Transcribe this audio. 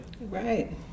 Right